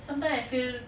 sometime I feel